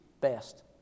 best